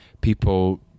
people